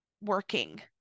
working